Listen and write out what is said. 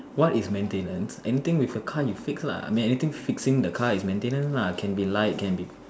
what is maintenance anything with a car you fix lah I mean anything fixing the car is maintenance lah can be light can be